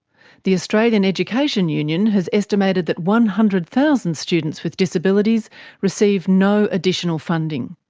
the australian education union has estimated that one hundred thousand students with disabilities receive no additional funding.